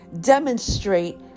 demonstrate